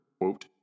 quote